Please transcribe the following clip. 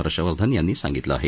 हर्षवर्धन यांनी सांगितलं आहे